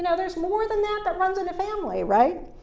and there's more than that that runs in the family, right?